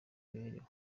imibereho